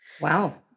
Wow